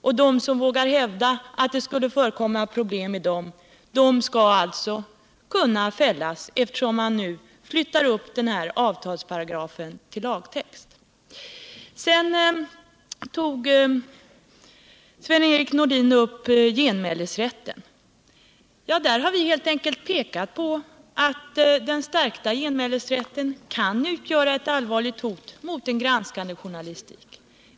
Och de som vågar hävda att det skulle förekomma problem i dessa stater skulle alltså kunna fällas, eftersom man nu upphöjer den här avtalsparagrafen till lagtext. Sedan tog Sven-Erik Nordin upp genmälesrätten. Där har vi helt enkelt pekat på att den förstärkta genmälesrätten kan utgöra ett allvarligt hot mot en granskande journalistik.